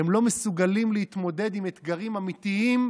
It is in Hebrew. הם לא מסוגלים להתמודד עם אתגרים אמיתיים,